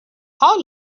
how